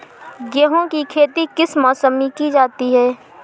गेहूँ की खेती किस मौसम में की जाती है?